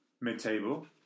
mid-table